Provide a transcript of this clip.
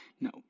No